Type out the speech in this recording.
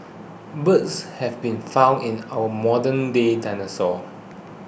birds have been found in our modernday dinosaurs